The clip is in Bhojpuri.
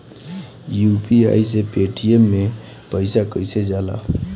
यू.पी.आई से पेटीएम मे पैसा कइसे जाला?